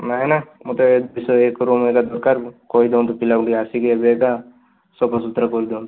ନା ନା ମୋତେ ଏବେ ସେହି ରୁମ୍ ଏକା ଦରକାର କହିଦିଅନ୍ତୁ ପିଲାକୁ ଆସିକି ଏବେ ଏଇଟା ସଫା ସୁତୁରା କରିଦିଅନ୍ତୁ